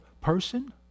person